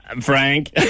Frank